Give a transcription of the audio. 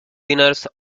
winners